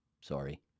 Sorry